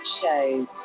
shows